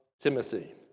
Timothy